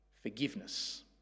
forgiveness